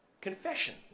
confession